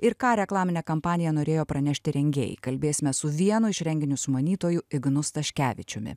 ir ką reklamine kampanija norėjo pranešti rengėjai kalbėsime su vienu iš renginio sumanytojų ignu staškevičiumi